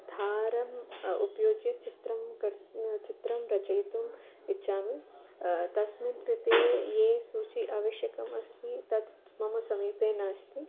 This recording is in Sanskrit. धारम् उपयुज्य चित्रं कर् चित्रं रचयितुम् इच्छामि तस्मिन् कृते या सूचि आवश्यकी अस्ति तत् मम समीपे नास्ति